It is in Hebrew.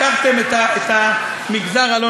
חברת הכנסת שולי מועלם.